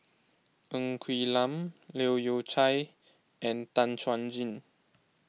Ng Quee Lam Leu Yew Chye and Tan Chuan Jin